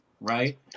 right